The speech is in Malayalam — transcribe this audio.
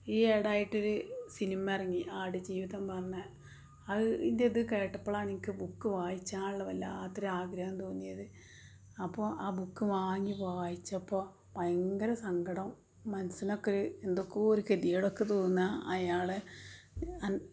ഈയെടായിട്ടൊരു സിനിമ ഇറങ്ങി ആടുജീവിതം പറഞ്ഞെ അത് ഇന്റിത് കേട്ടപ്പോഴാണ് എനിക്ക് ബുക്ക് വായിച്ചാള്ള് വല്ലാത്തൊരാഗ്രഹം തോന്നിയത് അപ്പോള് ആ ബുക്ക് വാങ്ങി വായിച്ചപ്പോള് ഭയങ്കര സങ്കടം മനസ്സിനൊക്കെയൊരു എന്തൊക്കെയോ ഒരു ഗതികേടൊക്കെ തോന്നുക അയാളെ